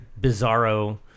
bizarro